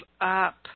up